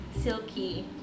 Silky